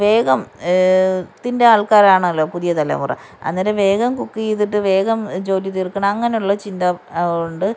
വേഗം ത്തിന്റെ ആൾക്കാരാണല്ലൊ പുതിയ തലമുറ അന്നേരം വേഗം കുക്ക് ചെയ്തിട്ട് വേഗം ജോലി തീർക്കണം അങ്ങനുള്ള ചിന്ത ഉണ്ട്